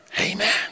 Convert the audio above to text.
Amen